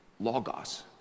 logos